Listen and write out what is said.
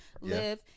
live